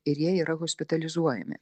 ir jie yra hospitalizuojami